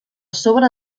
sobre